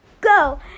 go